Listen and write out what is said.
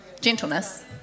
gentleness